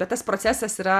bet tas procesas yra